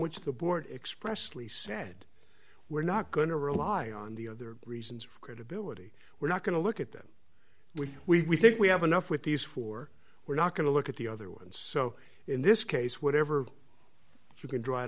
which the board expressly said we're not going to rely on the other reasons of credibility we're not going to look at them we think we have enough with these four we're not going to look at the other ones so in this case whatever you can dr